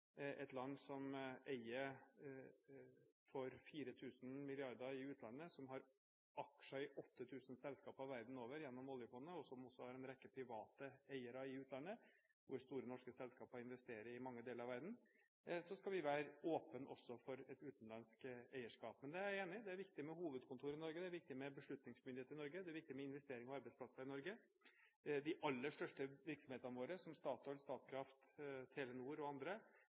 Et land som eier for 4 000 mrd. kr i utlandet, som har aksjer i 8 000 selskaper verden over gjennom oljefondet, og som også har en rekke private eiere i utlandet – store norske selskaper investerer i mange deler av verden – skal være åpent for utenlandsk eierskap. Jeg er enig – det er viktig med hovedkontor i Norge, det er viktig med beslutningsmyndighet i Norge, og det er viktig med investering og arbeidsplasser i Norge. De aller største virksomhetene våre, som Statoil, Statkraft, Telenor og andre,